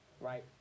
right